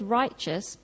righteous